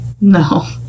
No